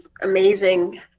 amazing